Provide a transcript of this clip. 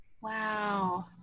Wow